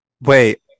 Wait